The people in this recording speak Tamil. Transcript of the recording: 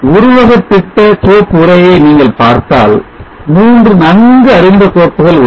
உருவக திட்ட கோப்புறையை நீங்கள் பார்த்தால் 3 நன்கு அறிந்த கோப்புகள் உள்ளன